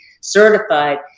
certified